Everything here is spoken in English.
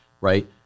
Right